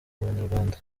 abanyarwanda